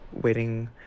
waiting